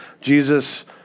Jesus